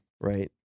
Right